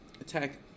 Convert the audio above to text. attack